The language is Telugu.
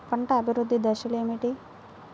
పంట అభివృద్ధి దశలు ఏమిటి?